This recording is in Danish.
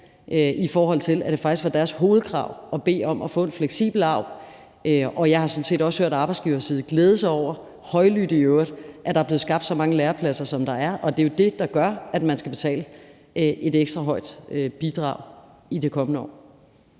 i forhold til at det faktisk var deres hovedkrav at få en fleksibel AUB. Og jeg har sådan set også hørt arbejdsgiverside glæde sig over, højlydt i øvrigt, at der er blevet skabt så mange lærepladser, som der er. Og det er det, der gør, at man skal betale et ekstra højt bidrag i det kommende år.